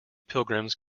pilgrims